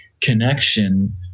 connection